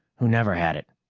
who never had it?